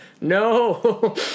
no